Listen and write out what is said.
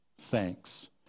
thanks